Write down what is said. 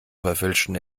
verfälschten